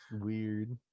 weird